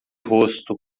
rosto